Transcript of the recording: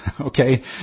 Okay